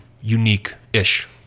unique-ish